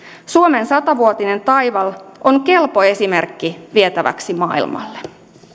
suomen sata vuotinen taival on kelpo esimerkki vietäväksi maailmalle